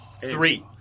three